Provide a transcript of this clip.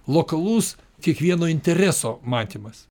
lokalus kiekvieno intereso matymas